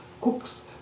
Cooks